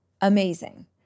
amazing